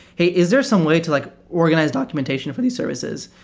hey, is there some way to like organize documentation for these services?